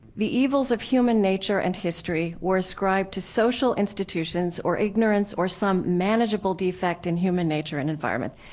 the evils of human nature and history were ascribed to social institutions or ignorance or some manageable defect in human nature and environment.